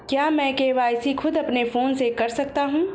क्या मैं के.वाई.सी खुद अपने फोन से कर सकता हूँ?